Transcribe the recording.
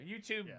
youtube